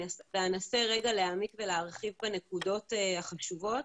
אנסה רגע להעמיק ולהרחיב בנקודות החשובות